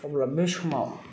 अब्ला बे समाव